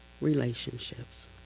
relationships